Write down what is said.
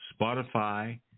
Spotify